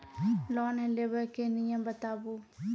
Loan लेबे के नियम बताबू?